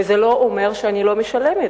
וזה לא אומר שאני לא משלמת,